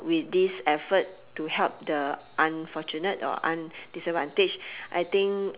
with this effort to help the unfortunate or undisadvantage I think